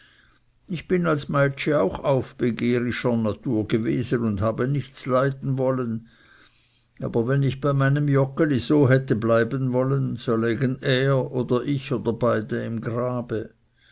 ich bin als meitschi auch aufbegehrischer natur gewesen und habe nichts leiden wollen aber wenn ich bei meinem joggeli so hätte bleiben wollen so lägen er oder ich oder beide im grabe